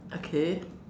okay